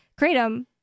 kratom